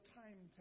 time